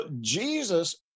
Jesus